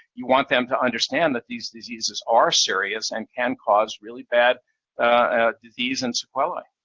you want them to understand that these diseases are serious and can cause really bad disease and sequela.